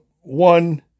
one